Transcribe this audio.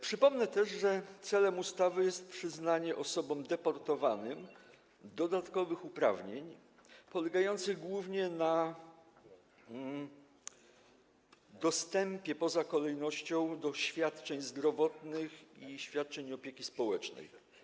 Przypomnę też, że celem ustawy jest przyznanie osobom deportowanym dodatkowych uprawnień polegających głównie na dostępie poza kolejnością do świadczeń zdrowotnych i świadczeń opieki społecznej.